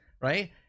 right